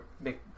make